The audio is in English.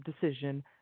decision